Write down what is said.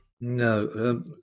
No